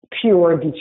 pure